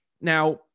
Now